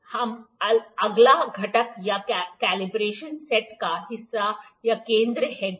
अब अगला घटक या कॉन्बिनेशन सेट का हिस्सा यह केंद्र हेड है